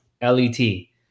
L-E-T